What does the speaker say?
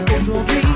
aujourd'hui